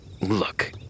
Look